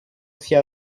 sia